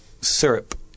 syrup